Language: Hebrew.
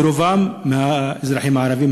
ורובם של האזרחים הערבים,